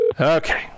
Okay